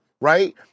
right